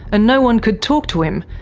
and no one could talk to him,